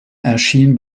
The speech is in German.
erschien